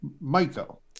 michael